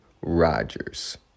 Rodgers